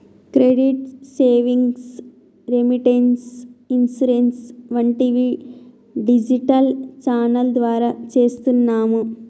credit savings, remittance, insurance వంటివి digital channel ద్వారా చేస్తున్నాము